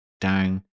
down